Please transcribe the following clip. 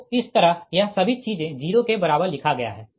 तो इस तरह यह सभी चीजें 0 के बराबर लिखा गया है